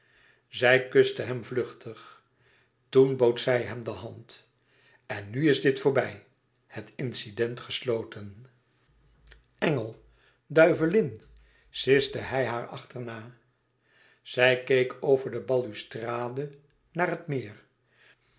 zij kuste hem vluchtig toen bood zij hem de hand en nu is dit voorbij het incident gesloten engel duivelin siste hij haar achterna zij keek over de balustrade naar het meer